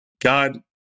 God